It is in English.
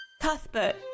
Cuthbert